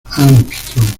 armstrong